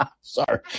Sorry